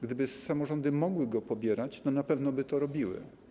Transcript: Gdyby samorządy mogły go pobierać, na pewno by to robiły.